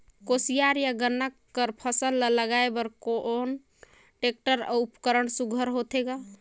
कोशियार या गन्ना कर फसल ल लगाय बर कोन टेक्टर अउ उपकरण सुघ्घर होथे ग?